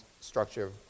structure